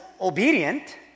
obedient